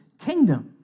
kingdom